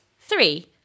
Three